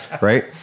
right